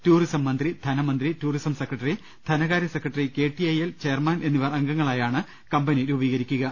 tourism മന്ത്രി ധനമന്ത്രി tourism secretary ധനകാര്യ സെക്രട്ടറി കെടിഐഎൽ ചെയർമാൻ എന്നിവർ അംഗങ്ങളായാണ് കമ്പനി രൂപീകരിക്കുക